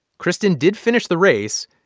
kristen did finish the race.